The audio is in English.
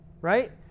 right